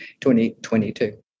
2022